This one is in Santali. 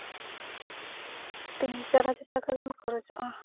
ᱛᱤᱱ ᱪᱟᱨ ᱦᱟᱡᱟᱨ ᱴᱟᱠᱟ ᱜᱟᱱ ᱠᱷᱚᱨᱚᱪᱚᱜᱼᱟ